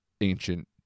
ancient